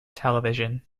television